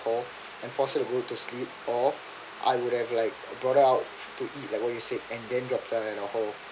hall and force her to go to sleep or I would have like brought her out to eat and drop her back to her hall